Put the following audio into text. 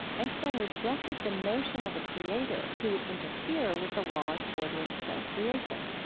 einstein rejected the notion of a creator who would interfere with the laws ordering his own creation.